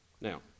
Now